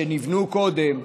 שנבנו קודם,